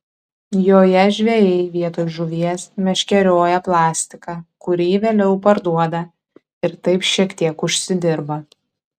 joje žvejai vietoj žuvies meškerioja plastiką kurį vėliau parduoda ir taip šiek tiek užsidirba